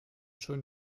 schon